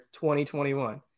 2021